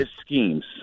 schemes